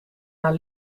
naar